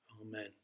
Amen